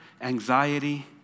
anxiety